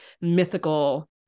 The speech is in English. mythical